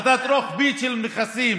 הפחתה רוחבית של מכסים,